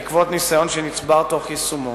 בעקבות ניסיון שנצבר תוך יישומו.